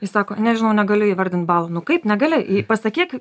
jis sako nežinau negaliu įvardint balų nu kaip negali pasakyk